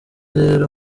rero